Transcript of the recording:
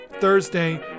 Thursday